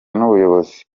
n’ubuyobozi